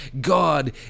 God